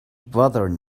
bothered